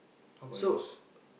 how bout yours